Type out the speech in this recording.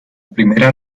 primera